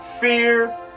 Fear